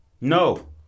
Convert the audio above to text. No